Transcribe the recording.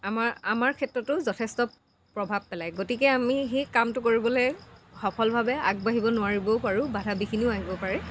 আমাৰ আমাৰ ক্ষেত্ৰতো যথেষ্ট প্ৰভাৱ পেলায় গতিকে আমি সেই কামটো কৰিবলৈ সফলভাৱে আগবাঢ়িব নোৱাৰিবও পাৰোঁ বাধা বিঘিনিও আহিব পাৰে